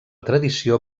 tradició